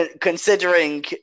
considering